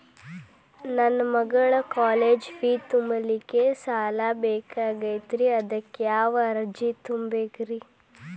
ನನ್ನ ಮಗನ college fee ತುಂಬಲಿಕ್ಕೆ ಸಾಲ ಬೇಕಾಗೆದ್ರಿ ಅದಕ್ಯಾವ ಅರ್ಜಿ ತುಂಬೇಕ್ರಿ?